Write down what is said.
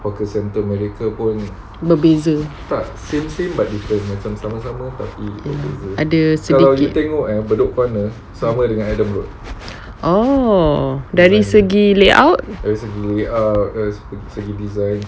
berbeza yes ada oh dari segi layout